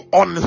on